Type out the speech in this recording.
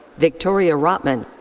victoria rottman.